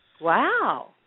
Wow